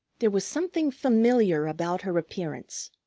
there was something familiar about her appearance,